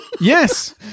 Yes